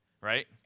right